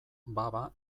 baba